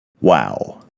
Wow